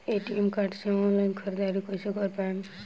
ATM card से online ख़रीदारी कइसे कर पाएम?